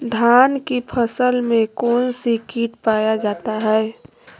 धान की फसल में कौन सी किट पाया जाता है?